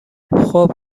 خوب